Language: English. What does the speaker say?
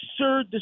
absurd